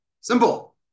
Simple